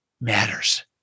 matters